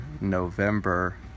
November